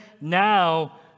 now